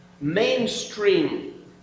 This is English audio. mainstream